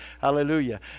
Hallelujah